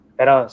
Pero